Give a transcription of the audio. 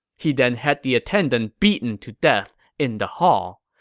he then had the attendant beaten to death in the hall.